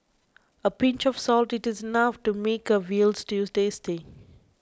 a pinch of salt is enough to make a Veal Stew tasty